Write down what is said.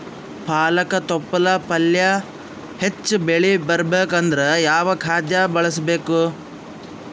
ಪಾಲಕ ತೊಪಲ ಪಲ್ಯ ಹೆಚ್ಚ ಬೆಳಿ ಬರಬೇಕು ಅಂದರ ಯಾವ ಖಾದ್ಯ ಬಳಸಬೇಕು?